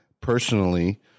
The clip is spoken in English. personally